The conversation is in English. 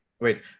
Wait